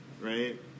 right